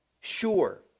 sure